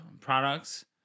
products